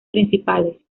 principales